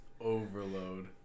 Overload